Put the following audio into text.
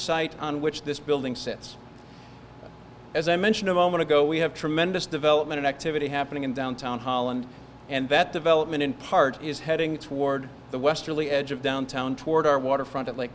site on which this building sits as i mentioned a moment ago we have tremendous development activity happening in downtown holland and that development in part is heading toward the westerly edge of downtown toward our waterfront like